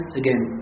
again